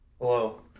Hello